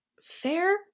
Fair